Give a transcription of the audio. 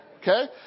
Okay